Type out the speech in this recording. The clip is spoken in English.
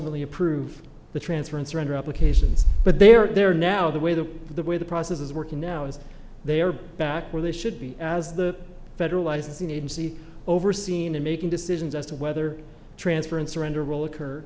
really approve the transfer and surrender applications but they are there now the way that the way the process is working now is they are back where they should be as the federalizing agency overseen and making decisions as to whether transfer and surrender will occur